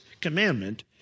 commandment